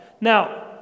Now